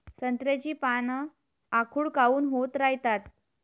संत्र्याची पान आखूड काऊन होत रायतात?